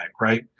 right